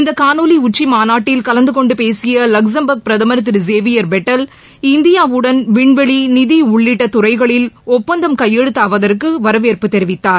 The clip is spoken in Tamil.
இந்த காணொலி உச்சி மாநாட்டில் கலந்துகொண்டு பேசிய லக்சம்பர்க் பிரதமர் திரு சேவியர் பெட்டல் இந்தியாவுடன் விண்வெளி நிதி உள்ளிட்ட துறைகளில் ஒப்பந்தம் கையெழுத்தாவதற்கு வரவேற்பு தெரிவித்தார்